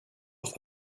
auf